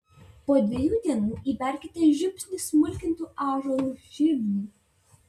po dviejų dienų įberkite žiupsnį smulkintų ąžuolų žievių